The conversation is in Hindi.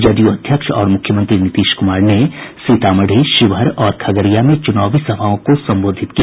जदयू अध्यक्ष और मुख्यमंत्री नीतीश कुमार ने सीतामढ़ी शिवहर और खगड़िया में चुनावी सभाओं को संबोधित किया